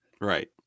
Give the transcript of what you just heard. Right